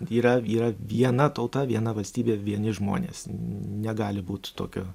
yra yra viena tauta viena valstybė vieni žmonės negali būt tokio